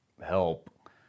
help